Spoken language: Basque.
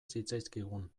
zitzaizkigun